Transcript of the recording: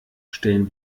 stellen